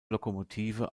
lokomotive